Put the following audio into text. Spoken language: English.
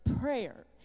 prayer